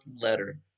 letter